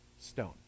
stone